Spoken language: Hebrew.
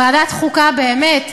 ועדת החוקה, באמת,